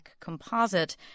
composite